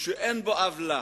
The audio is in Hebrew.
שאין בו עוולה,